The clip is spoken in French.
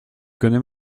connais